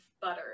butter